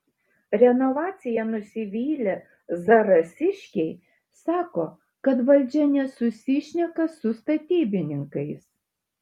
renovacija nusivylę zarasiškiai sako kad valdžia nesusišneka su statybininkais